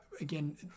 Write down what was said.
again